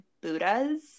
Buddhas